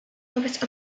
wobec